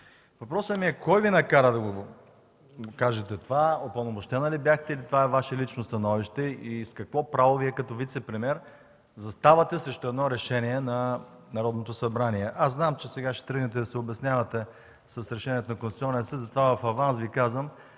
Въпросът ми е: кой Ви накара да кажете това, упълномощена ли бяхте, или това е Ваше лично становище и с какво право Вие като вицепремиер заставате срещу решение на Народното събрание? Знам, че сега ще тръгнете да се обяснявате с Решението на Конституционния съд и затова в аванс Ви казвам: